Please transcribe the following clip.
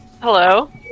Hello